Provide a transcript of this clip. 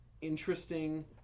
interesting